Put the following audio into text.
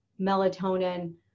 melatonin